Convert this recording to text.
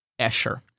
Escher